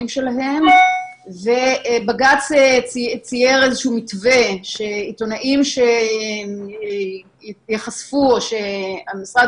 שלהם; ובג"ץ תיאר איזשהו מתווה שעיתונאים שייחשפו או שמשרד